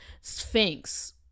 Sphinx